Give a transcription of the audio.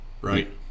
Right